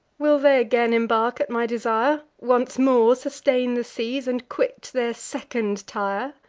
will they again embark at my desire, once more sustain the seas, and quit their second tyre?